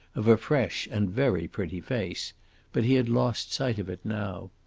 of a fresh and very pretty face but he had lost sight of it now.